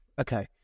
Okay